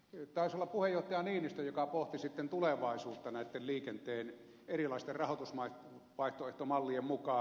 taisi olla puheenjohtaja niinistö joka pohti tulevaisuutta näitten liikenteen erilaisten rahoitusvaihtoehtomallien mukaan